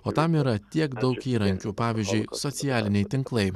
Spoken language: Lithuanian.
o tam yra tiek daug įrankių pavyzdžiui socialiniai tinklai